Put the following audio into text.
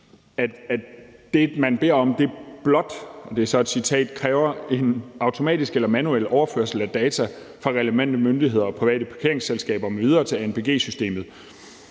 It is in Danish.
at det, man beder om, blot – det er et citat – kræver en automatisk eller manuel overførsel af data fra relevante myndigheder og private parkeringsselskaber med videre til anpg-systemet.